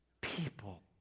people